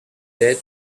dead